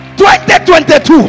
2022